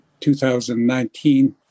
2019